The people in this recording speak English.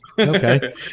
Okay